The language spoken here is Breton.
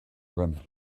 bremañ